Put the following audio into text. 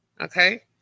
okay